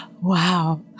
Wow